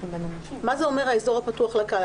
מה זה אומר האזור הפתוח לקהל?